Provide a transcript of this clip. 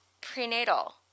prenatal